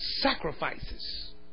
Sacrifices